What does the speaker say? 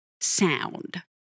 sound